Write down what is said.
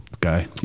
guy